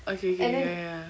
ookay K ya ya ya